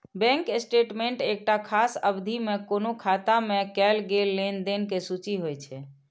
bank statement एकटा खास अवधि मे कोनो खाता मे कैल गेल लेनदेन के सूची होइ छै